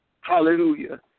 Hallelujah